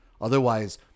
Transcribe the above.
Otherwise